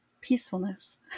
peacefulness